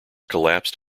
collapsed